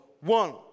One